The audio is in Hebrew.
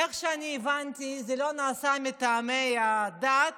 איך שאני הבנתי, זה לא נעשה מטעמי הדת